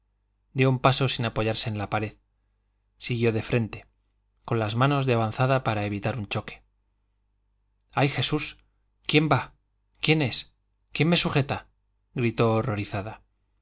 dio un paso sin apoyarse en la pared siguió de frente con las manos de avanzada para evitar un choque ay jesús quién va quién es quién me sujeta gritó horrorizada